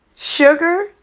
Sugar